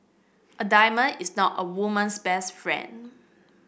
a diamond is not a woman's best friend